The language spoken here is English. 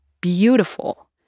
beautiful